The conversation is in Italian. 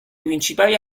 principali